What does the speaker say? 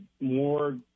more